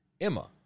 Emma